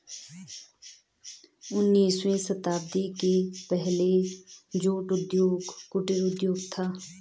उन्नीसवीं शताब्दी के पहले जूट उद्योग कुटीर उद्योग था